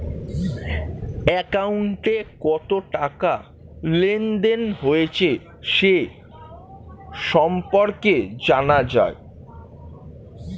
অ্যাকাউন্টে কত টাকা লেনদেন হয়েছে সে সম্পর্কে জানা যায়